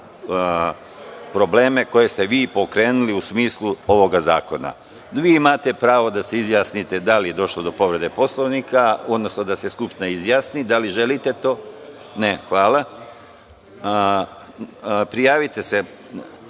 probleme koje ste vi pokrenuli u smislu ovog zakona. Vi imate pravo da se izjasnite da li je došlo do povrede Poslovnika, odnosno da se Skupština izjasni. Da li želite to? (Ne.) Hvala. Povreda